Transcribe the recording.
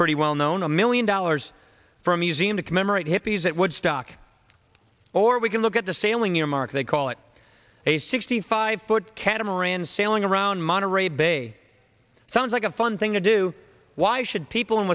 pretty well known a million dollars for a museum to commemorate hippies at woodstock or we can look at the sailing earmark they call it a sixty five foot catamaran sailing around monterey bay sounds like a fun thing to do why should people in